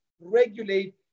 regulate